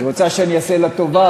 היא רוצה שאני אעשה לה טובה,